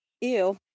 Ew